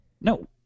No